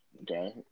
Okay